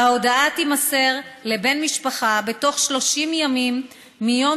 ההודעה תימסר לבן משפחה בתוך 30 ימים מהיום